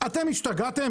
אתם השתגעתם?